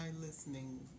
listening